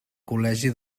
col·legi